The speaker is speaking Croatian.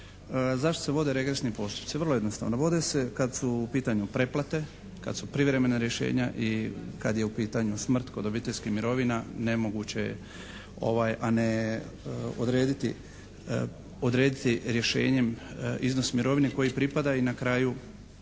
zašto se vode regresni postupci? Vrlo jednostavno. Vode se kad su u pitanju pretplate, kad su privremena rješenja i kad je u pitanju smrt kod obiteljskih mirovina nemoguće je a ne odrediti rješenjem iznos mirovine koji pripada i na kraju